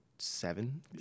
seven